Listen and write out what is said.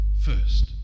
first